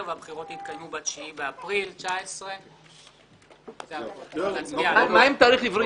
והבחירות יתקיימו ב-9 באפריל 2019. מה עם תאריך עברי,